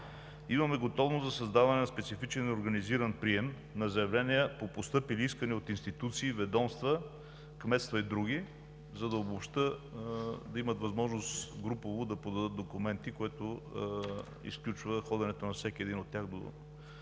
Имаме готовност за създаване на специфичен и организиран прием на заявления по постъпили искания от институции, ведомства, кметства и други, за да имат възможност групово да подадат документи, което изключва ходенето на всеки един от тях до